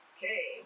Okay